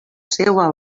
seua